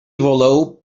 voleu